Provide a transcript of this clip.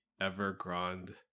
Evergrande